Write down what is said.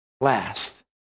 last